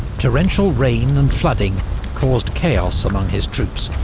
torrential rain and flooding caused chaos among his troops,